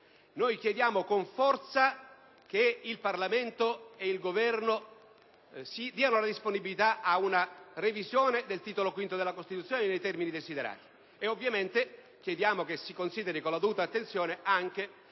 Chiediamo con forza che il Parlamento e il Governo siano disponibili ad una revisione del Titolo V della Costituzione nei termini desiderati. E, ovviamente, chiediamo che si consideri con la dovuta attenzione anche